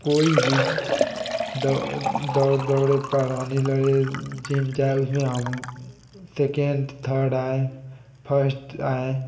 कोई भी द दौड़ दौड़े पहलवानी लड़े जिम जाए उसमें हम सेकेंड थर्ड आयें फर्स्ट आयें